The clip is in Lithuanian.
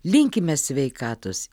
linkime sveikatos